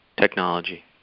technology